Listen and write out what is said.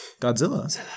Godzilla